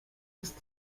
ist